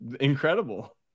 incredible